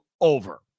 over